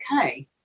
okay